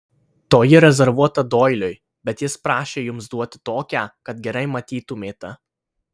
toji rezervuota doiliui bet jis prašė jums duoti tokią kad gerai matytumėte